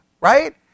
right